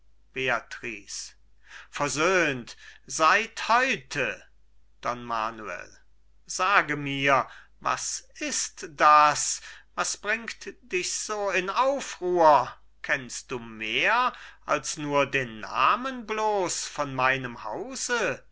versöhnt seit heute don manuel sage mir was ist das was bringt dich so in aufruhr kennst du mehr als nur den namen bloß von meinem hause